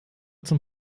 zum